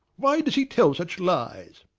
why does he tell such lies?